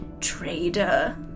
trader